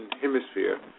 Hemisphere